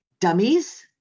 dummies